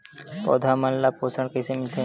पौधा मन ला पोषण कइसे मिलथे?